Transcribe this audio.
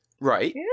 Right